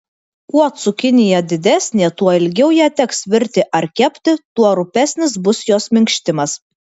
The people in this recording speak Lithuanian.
kuo cukinija didesnė tuo ilgiau ją teks virti ar kepti tuo rupesnis bus jos minkštimas